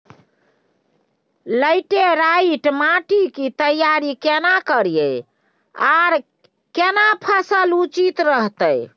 Laterite माटी की तैयारी केना करिए आर केना फसल उचित रहते?